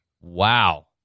Wow